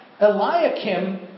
Eliakim